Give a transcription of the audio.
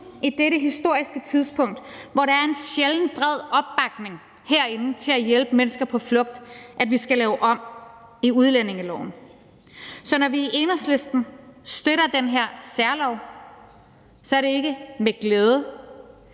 på dette historiske tidspunkt, hvor der er en sjældent bred opbakning herinde til at hjælpe mennesker på flugt, at vi skal lave om på udlændingeloven. Så når vi i Enhedslisten støtter den her særlov, er det ikke med glæde,